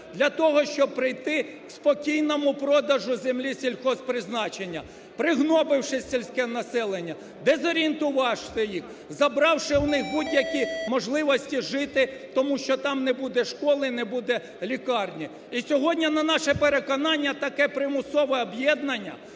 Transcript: для того, щоб прийти до спокійного продажу землі сільхозпризначення, пригнобивши сільське населення, дезорієнтувати їх, забравши у них будь-які можливості жити, тому що там не буде школи, не буде лікарні. І сьогодні на наше переконання таке примусове об'єднання